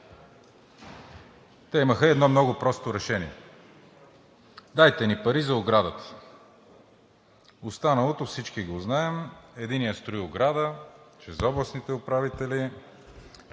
Те имаха едно много просто решение: дайте ни пари за оградата. Останалото всички го знаем. Единият строи ограда чрез областните управители,